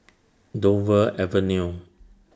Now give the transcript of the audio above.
Dover Avenue